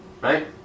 Right